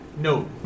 no